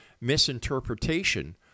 misinterpretation